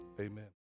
Amen